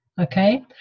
okay